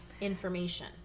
information